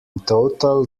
total